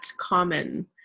common